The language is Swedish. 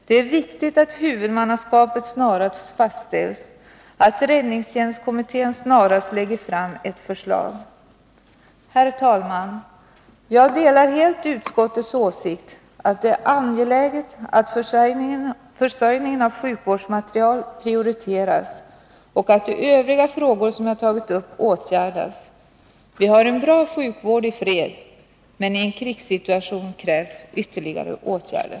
Det är viktigt att huvudmannaskapet snarast fastställs och att räddningstjänstkommittén snarast lägger fram ett förslag. Herr talman! Jag delar helt utskottets åsikt att det är angeläget att försörjningen med sjukvårdsmateriel prioriteras och att de övriga frågor som jag tagit upp åtgärdas. Vi har en bra sjukvård i fred, men i en krigssituation krävs ytterligare åtgärder.